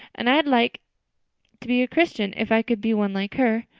and i'd like to be a christian if i could be one like her.